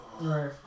right